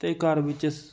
ਅਤੇ ਘਰ ਵਿੱਚ ਸ